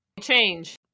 change